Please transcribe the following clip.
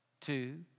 two